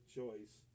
choice